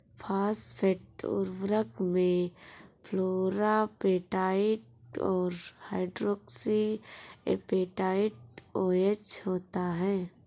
phosphate उर्वरक में fluorapatite और हाइड्रोक्सी एपेटाइट ओएच होता है